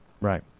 Right